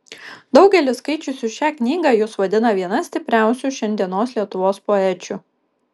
daugelis skaičiusių šią knygą jus vadina viena stipriausių šiandienos lietuvos poečių